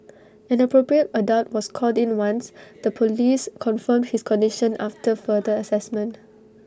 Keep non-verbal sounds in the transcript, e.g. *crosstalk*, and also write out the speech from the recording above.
an appropriate adult was called in once *noise* the Police confirmed his condition *noise* after further Assessment